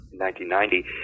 1990